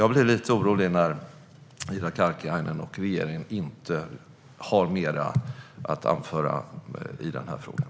Jag blir lite orolig när Ida Karkiainen och regeringen inte har mer att anföra i frågan.